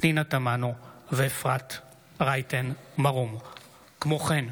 פנינה תמנו ואפרת רייטן מרום בנושא: